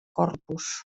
corpus